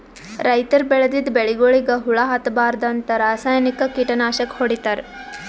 ರೈತರ್ ಬೆಳದಿದ್ದ್ ಬೆಳಿಗೊಳಿಗ್ ಹುಳಾ ಹತ್ತಬಾರ್ದ್ಂತ ರಾಸಾಯನಿಕ್ ಕೀಟನಾಶಕ್ ಹೊಡಿತಾರ್